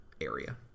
area